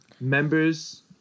members